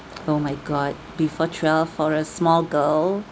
oh my god before twelve for a small girl